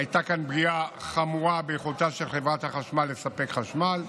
הייתה כאן פגיעה חמורה ביכולתה של חברת החשמל לספק חשמל,